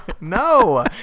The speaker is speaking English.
No